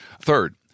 Third